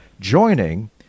joining